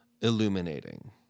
illuminating